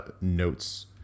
notes